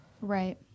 Right